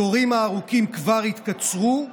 התורים הארוכים כבר התקצרו,